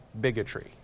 bigotry